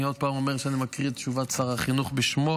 אני עוד פעם אומר שאני אומר את תשובת שר החינוך בשמו.